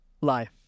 life